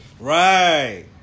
Right